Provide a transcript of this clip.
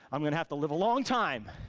i'm gonna have to live a long time